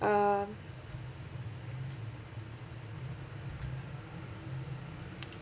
um